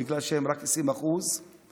בגלל שהם רק 20%; היהודים